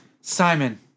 Simon